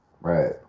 Right